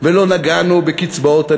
ולא נגענו בקצבאות הנכים.